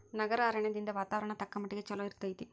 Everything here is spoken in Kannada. ನಗರ ಅರಣ್ಯದಿಂದ ವಾತಾವರಣ ತಕ್ಕಮಟ್ಟಿಗೆ ಚಲೋ ಇರ್ತೈತಿ